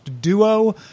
Duo